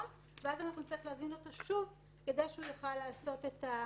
ואז אנחנו נצטרך להזמין אותו שוב כדי לעשות את ההרכשה,